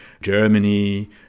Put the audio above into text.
Germany